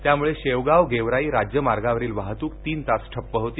त्यामुळे शेवगाव गेवराई राज्यमार्गावरील वाहतूक तीन तास ठप्प होती